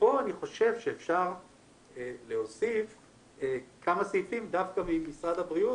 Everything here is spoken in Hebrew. ופה אני חושב שאפשר להוסיף כמה סעיפים דווקא ממשרד הבריאות